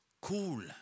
Cool